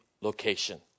location